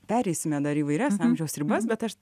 pereisime dar įvairias amžiaus ribas bet aš